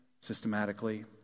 systematically